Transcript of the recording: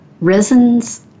resins